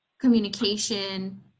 communication